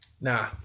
Nah